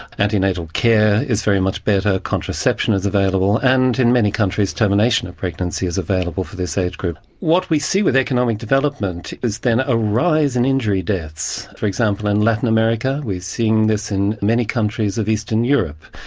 antenatal care is very much better, contraception is available and in many countries termination of pregnancy is available for this age group. what we see with economic development is then a rise in injury deaths, for example in latin america. we are seeing this in many countries of eastern europe.